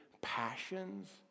passions